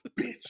bitch